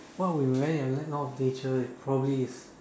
what would I invent if a law of nature is probably is